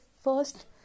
First